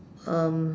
um